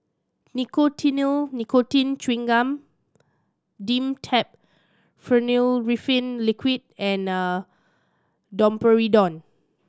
Nicotinell Nicotine Chewing Gum Dimetapp Phenylephrine Liquid and Domperidone